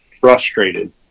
frustrated